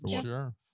Sure